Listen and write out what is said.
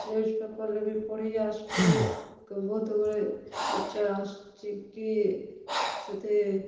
newspaper ରେ ବି ପଢ଼ି ଆସୁଛୁଁ ବହୁତ୍ ଗୁଡ଼ିଏ ପିକ୍ଚର୍ ଆସୁଛି କି ସେଥିରେ